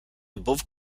above